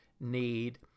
need